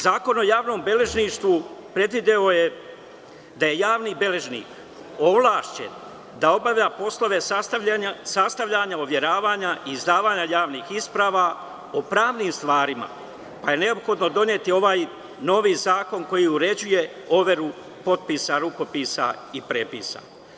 Zakon o javnom beležništvu predvideo je da je javni beležnik ovlašćen da obavlja poslove sastavljanja, overavanja, izdavanja javnih isprava o pravnim stvarima, pa je neophodno doneti ovaj novi zakon koji uređuje overu potpisa, rukopisa i prepisa.